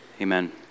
Amen